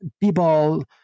people